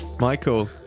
Michael